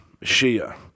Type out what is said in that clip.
Shia